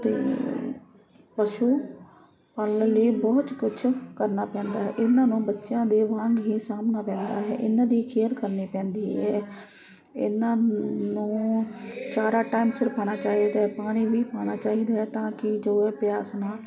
ਅਤੇ ਪਸ਼ੂ ਪਾਲਣ ਲਈ ਬਹੁਤ ਕੁਝ ਕਰਨਾ ਪੈਂਦਾ ਹੈ ਇਹਨਾਂ ਨੂੰ ਬੱਚਿਆਂ ਦੇ ਵਾਂਗ ਹੀ ਸਾਂਭਣਾ ਪੈਂਦਾ ਹੈ ਇਹਨਾਂ ਦੀ ਕੇਅਰ ਕਰਨੀ ਪੈਂਦੀ ਹੈ ਇਹਨਾਂ ਨੂੰ ਸਾਰਾ ਟਾਈਮ ਸਿਰ ਖਾਣਾ ਚਾਹੀਦਾ ਪਾਣੀ ਵੀ ਪਿਆਉਣਾ ਚਾਹੀਦਾ ਤਾਂ ਕਿ ਜੋ ਪਿਆਸ ਨਾ